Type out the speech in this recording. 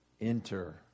enter